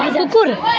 कुकुर